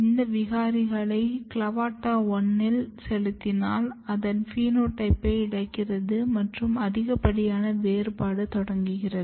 இந்த விகாரிகளை CLAVATA 1 இல் செலுத்தினால் அதன் பினோடைப்பை இழக்கிறது மற்றும் அதிகப்படியான வேறுபாடு தொடங்குகிறது